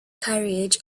carriage